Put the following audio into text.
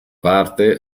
parte